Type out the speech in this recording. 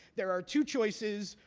there are two choices,